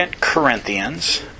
Corinthians